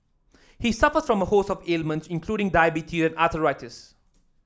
he suffers from a host of ailments including diabetes and arthritis